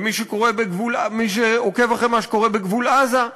ומי שעוקב אחרי מה שקורה בגבול עזה,